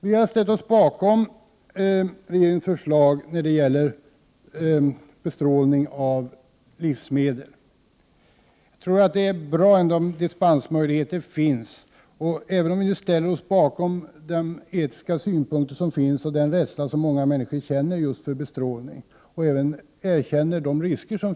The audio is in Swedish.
Vi har ställt oss bakom förslaget när det gäller bestrålning av livsmedel. Men jag tror att det är bra om det finns dispensmöjligheter. Vi delar de etiska synpunkterna och den rädsla som många människor känner för just bestrålning och erkänner även riskerna.